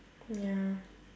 ya